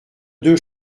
deux